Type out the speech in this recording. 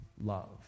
love